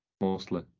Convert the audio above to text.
mostly